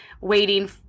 waiting